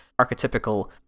archetypical